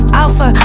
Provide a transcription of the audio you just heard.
alpha